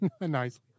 Nice